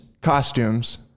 costumes